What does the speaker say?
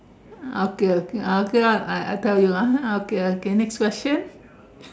okay okay okay lor I I tell you ah okay okay next question